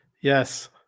yes